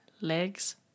legs